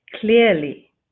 clearly